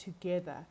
together